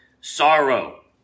sorrow